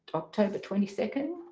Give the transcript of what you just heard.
october twenty second,